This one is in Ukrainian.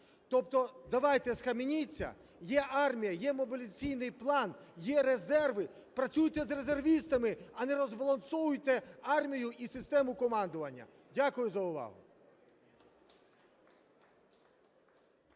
Тобто давайте схаменіться, є армія, є мобілізаційний план, є резерви, працюйте з резервістами, а не розбалансовуйте армію і систему командування. Дякую за увагу.